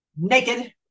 naked